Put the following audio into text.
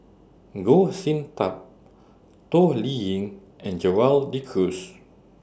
Goh Sin Tub Toh Liying and Gerald De Cruz